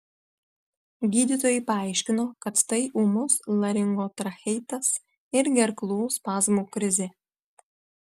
gydytojai paaiškino kad tai ūmus laringotracheitas ir gerklų spazmų krizė